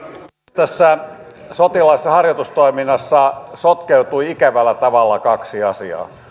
tässä sotilaallisessa harjoitustoiminnassa sotkeutuu ikävällä tavalla kaksi asiaa